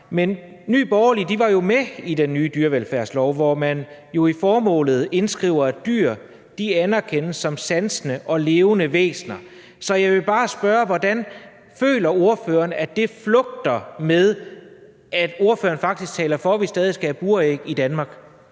Men Nye Borgerlige var med til at vedtage den nye dyrevelfærdslov, hvor man jo i formålet indskriver, at dyr anerkendes som sansende og levende væsener. Så jeg vil bare spørge, hvordan ordføreren føler at det flugter med, at ordføreren faktisk taler for, at vi stadig skal have buræg i Danmark.